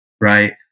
right